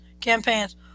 campaigns